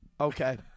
Okay